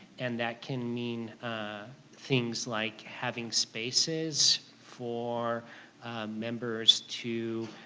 and that can mean things like having spaces for members to